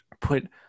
put